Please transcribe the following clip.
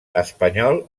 espanyol